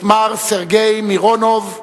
את מר סרגי מירונוב,